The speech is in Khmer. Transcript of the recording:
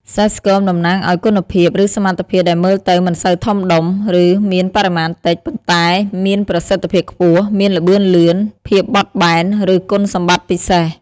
សេះស្គមតំណាងឲ្យ គុណភាព ឬសមត្ថភាពដែលមើលទៅមិនសូវធំដុំ ឬមានបរិមាណតិច ប៉ុន្តែមានប្រសិទ្ធភាពខ្ពស់ មានល្បឿនលឿន ភាពបត់បែន ឬគុណសម្បត្តិពិសេស។